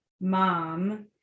mom